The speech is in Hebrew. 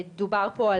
דובר פה,